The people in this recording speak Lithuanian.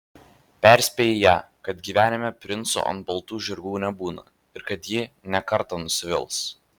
perspėji ją kad gyvenime princų ant baltų žirgų nebūna ir kad ji ne kartą nusivils